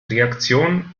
reaktion